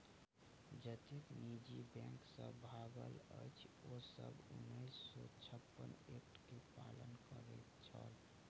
जतेक निजी बैंक सब भागल अछि, ओ सब उन्नैस सौ छप्पन एक्ट के पालन करैत छल